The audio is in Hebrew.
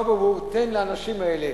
תן לאנשים האלה